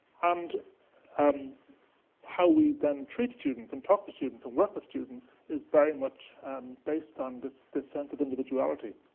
and um how we then treat students and talk to students and work with students is very much based on this this sense of individuality.